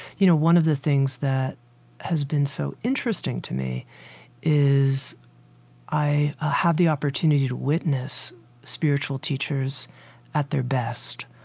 you know, one of the things that has been so interesting to me is i had the opportunity to witness spiritual teachers at their best,